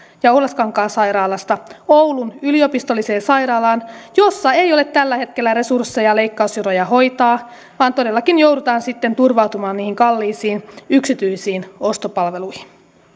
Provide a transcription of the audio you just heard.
ja oulaskankaan sairaalasta oulun yliopistolliseen sairaalaan jossa ei ole tällä hetkellä resursseja leikkausjonoja hoitaa vaan todellakin joudutaan sitten turvautumaan niihin kalliisiin yksityisiin ostopalveluihin